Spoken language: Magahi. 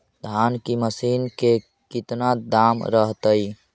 धान की मशीन के कितना दाम रहतय?